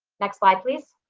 next slide please.